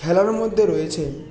খেলার মধ্যে রয়েছে